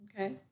Okay